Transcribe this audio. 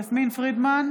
אינה נוכחת יסמין פרידמן,